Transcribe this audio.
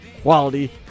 quality